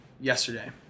yesterday